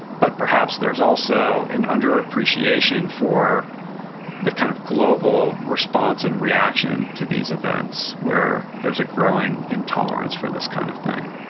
but perhaps there's also an under appreciation for the kind of global response and reaction to these events where there's a growing intolerance for this kind of thing.